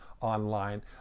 online